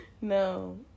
no